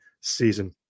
season